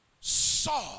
saw